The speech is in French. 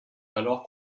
alors